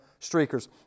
Streakers